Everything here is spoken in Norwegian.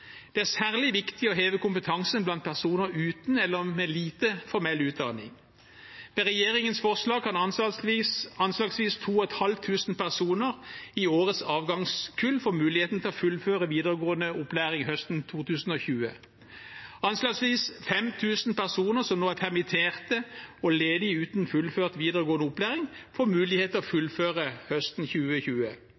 Det er særlig viktig å heve kompetansen blant personer uten eller med lite formell utdanning. Med regjeringens forslag kan anslagsvis 2 500 personer i årets avgangskull få muligheten til å fullføre videregående opplæring høsten 2020. Anslagsvis 5 000 personer som nå er permittert, og ledige uten fullført videregående opplæring, får mulighet til å